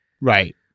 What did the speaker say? Right